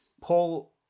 Paul